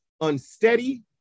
unsteady